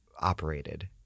operated